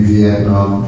Vietnam